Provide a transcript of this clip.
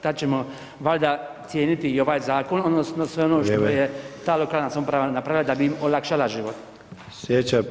Tad ćemo valjda cijeniti i ovaj zakon odnosno sve ono što je ta [[Upadica: Vrijeme.]] lokalna samouprava napravila da bi im olakšala život.